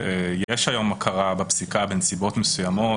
יש היום הכרה בפסיקה בנסיבות מסוימות.